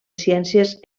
ciències